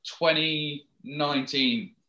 2019